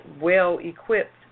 well-equipped